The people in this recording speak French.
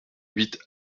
huit